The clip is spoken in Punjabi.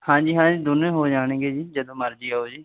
ਹਾਂਜੀ ਹਾਂਜੀ ਦੋਨੇ ਹੋ ਜਾਣਗੇ ਜੀ ਜਦੋਂ ਮਰਜ਼ੀ ਆਓ ਜੀ